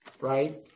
right